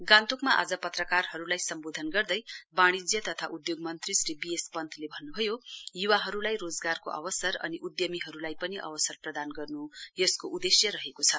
गान्तोकमा आज पत्रकारहरूली सम्बोदन गर्दै वाणिज्य तथा उधोग मन्त्री श्री बी एस पन्तले भन्नुभयो युवाहरूलाई रोजगारको अवसर अनि उध्मीहरूलाई पनि अवसर प्रदान गर्न् यसको उदेश्य रहेको छ